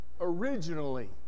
originally